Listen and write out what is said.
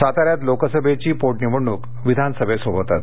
साताऱ्यात लोकसभेची पोटनिवडणुक विधानसभे सोबतच